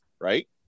right